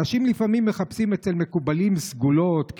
אנשים לפעמים מחפשים אצל מקובלים סגולות,